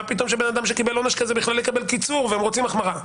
מה פתאום שבן אדם שקיבל עונש כזה בכלל יקבל קיצור והם רוצים החמרה.